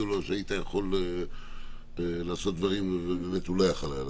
לו "היית יכול לעשות דברים" ובאמת הוא לא יכול היה.